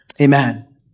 Amen